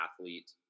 athlete